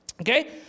Okay